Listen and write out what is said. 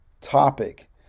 topic